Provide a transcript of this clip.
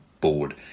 board